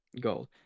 gold